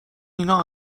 مینا